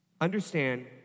understand